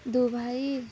Dubai